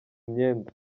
myenda